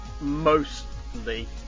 Mostly